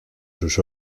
sus